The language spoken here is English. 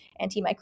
antimicrobial